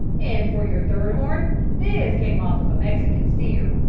and for your third horn this came off of a mexican steer.